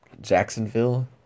Jacksonville